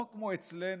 לא כמו אצלנו,